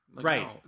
Right